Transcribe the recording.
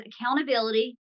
accountability